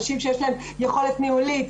נשים שיש להן יכולת ניהולית,